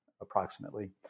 approximately